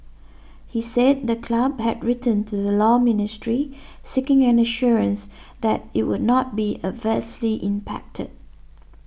he said the club had written to the Law Ministry seeking an assurance that it would not be adversely impacted